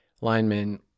linemen